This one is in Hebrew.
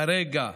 כרגע,